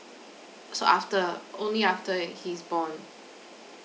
so after only after he's born